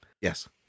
Yes